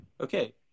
okay